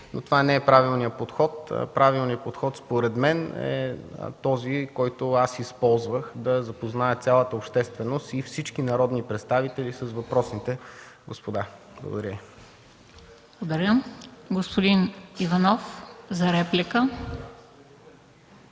Това не е правилният подход. Правилният подход според мен е този, който аз използвах – да запозная цялата общественост и всички народни представители с въпросните господа. Благодаря. ПРЕДСЕДАТЕЛ МЕНДА СТОЯНОВА: